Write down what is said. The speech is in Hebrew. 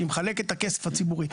שהיא מחלקת את הכסף הציבורי.